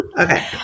Okay